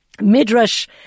midrash